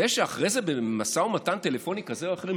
זה שאחרי זה במשא ומתן טלפוני כזה או אחר הם